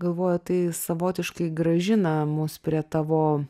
galvoju tai savotiškai grąžina mus prie tavo